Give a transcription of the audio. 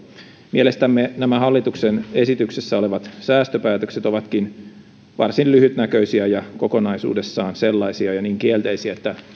mielestämme nämä hallituksen esityksessä olevat säästöpäätökset ovatkin varsin lyhytnäköisiä ja kokonaisuudessaan niin kielteisiä että